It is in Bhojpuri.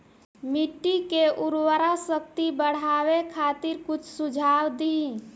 मिट्टी के उर्वरा शक्ति बढ़ावे खातिर कुछ सुझाव दी?